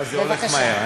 זה הולך מהר,